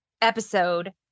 episode